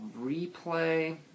replay